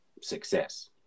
success